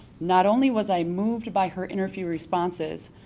not only was i moved by her interview responses,